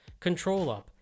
ControlUp